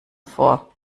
vor